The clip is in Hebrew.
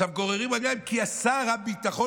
גוררים רגליים כי שר הביטחון,